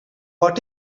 what